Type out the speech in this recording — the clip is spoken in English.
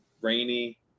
rainy